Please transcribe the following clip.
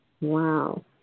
Wow